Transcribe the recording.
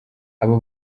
abo